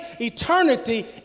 eternity